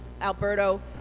Alberto